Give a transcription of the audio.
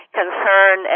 concern